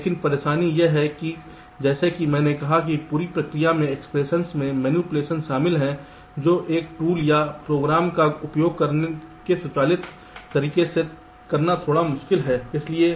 लेकिन परेशानी यह है कि जैसा कि मैंने कहा पूरी प्रक्रिया में एक्सप्रेशंस में मैनिपुलेशन शामिल है जो एक टूल या प्रोग्राम का उपयोग करके स्वचालित तरीके से करना थोड़ा मुश्किल है